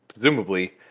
presumably